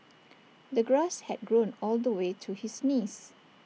the grass had grown all the way to his knees